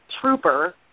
trooper